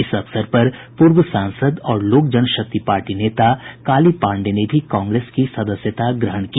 इस अवसर पर पूर्व सांसद और लोक जनशक्ति पार्टी नेता काली पांडेय ने भी कांग्रेस की सदस्यता ग्रहण की